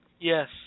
Yes